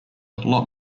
lot